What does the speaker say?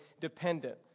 dependent